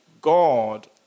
God